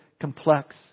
complex